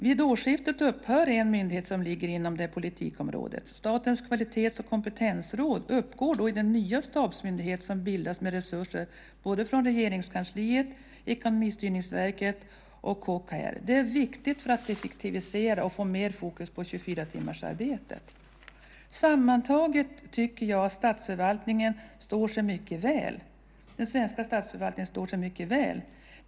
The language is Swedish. Vid årsskiftet upphör en myndighet som ligger under mitt ansvarsområde. Statens kvalitets och kompetensråd uppgår då i den nya stabsmyndighet som bildas med resurser från både Regeringskansliet, Ekonomistyrningsverket och KKR. Det är viktigt för att effektivisera och få mera fokus på 24-timmarsarbetet. Sammantaget tycker jag att den svenska statsförvaltningen står sig mycket väl.